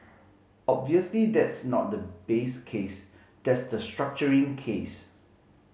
obviously that's not the base case that's the structuring case